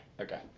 Okay